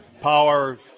Power